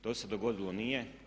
To se dogodilo nije.